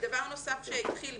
דבר נוסף שהתחיל,